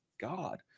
god